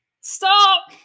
Stop